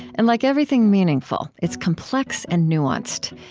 and like everything meaningful, it's complex and nuanced.